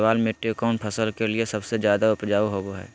केबाल मिट्टी कौन फसल के लिए सबसे ज्यादा उपजाऊ होबो हय?